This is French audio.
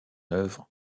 œuvre